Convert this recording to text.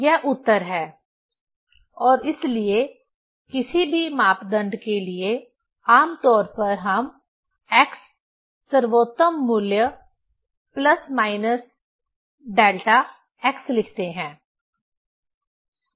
यह उत्तर है और इसलिए किसी भी मापदंड के लिए आमतौर पर हम x सर्वोत्तम मूल्य प्लस माइनस डेल्टा x लिखते हैं